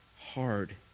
Hard